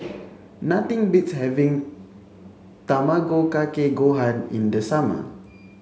nothing beats having Tamago Kake Gohan in the summer